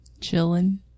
chilling